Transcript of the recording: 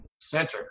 center